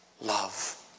love